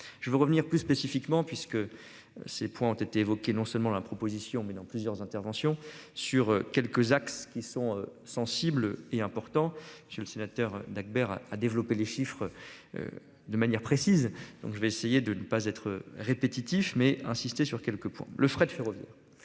Je veux revenir plus spécifiquement puisque ces points ont été évoqués. Non seulement la proposition mais dans plusieurs interventions sur quelques axes qui sont sensibles et importants. J'ai le sénateur Dacbert à développer les chiffres. De manière précise. Donc je vais essayer de ne pas être répétitif, mais insisté sur quelques points le fret ferroviaire.